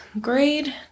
grade